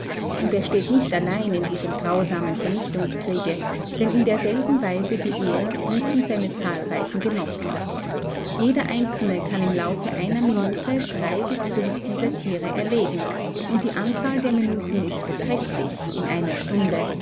und er steht nicht allein in diesem grausamen vernichtungskriege denn in derselben weise wie er wüten seine zahlreichen genossen jeder einzelne kann im laufe einer minute drei bis fünf dieser tiere erlegen und die anzahl der minuten ist beträchtlich in einer stunde